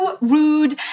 rude